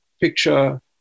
picture